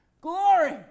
Glory